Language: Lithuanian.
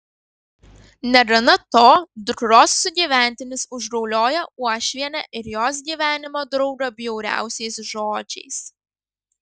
negana to dukros sugyventinis užgaulioja uošvienę ir jos gyvenimo draugą bjauriausiais žodžiais